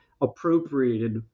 appropriated